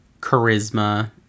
Charisma